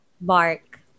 bark